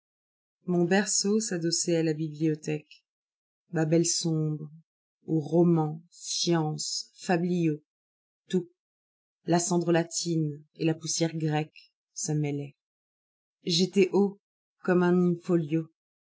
mon berceau s'adossait à la bibliothèque babel sombre où roman science fabliau tout la cendre latine et la poussière grecque se mêlaient j'étais haut comme un in-folio